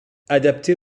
adaptait